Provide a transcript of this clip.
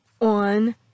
On